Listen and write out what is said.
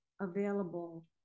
available